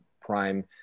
prime